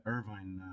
Irvine